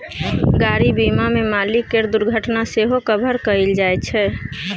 गाड़ी बीमा मे मालिक केर दुर्घटना सेहो कभर कएल जाइ छै